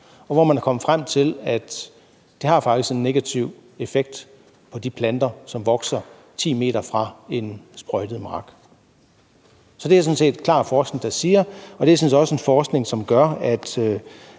Og man er kommet frem til, at det faktisk har en negativ effekt på de planter, som vokser 10 m fra en sprøjtet mark. Så det er der sådan set forskning der klart siger, og det er sådan set også forskning, som gør, at